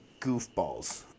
goofballs